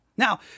Now